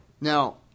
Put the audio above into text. Now